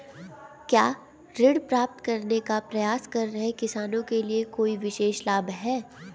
क्या ऋण प्राप्त करने का प्रयास कर रहे किसानों के लिए कोई विशेष लाभ हैं?